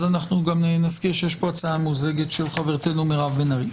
אז נזכיר שיש פה גם הצעה ממוזגת של חברתנו מירב בן ארי.